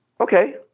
Okay